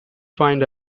find